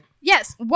Yes